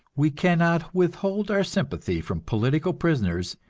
we can not withhold our sympathy from political prisoners,